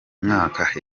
mwaka